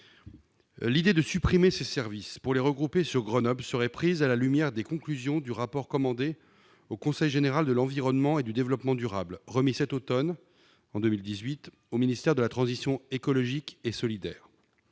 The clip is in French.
L'idée de supprimer ces services pour les regrouper sur Grenoble serait prise à la lumière des conclusions du rapport commandé au Conseil général de l'environnement et du développement durable, le CGEDD, remis en automne 2018 au ministère de la transition écologique et solidaire.